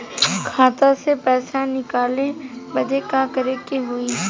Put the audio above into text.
खाता से पैसा निकाले बदे का करे के होई?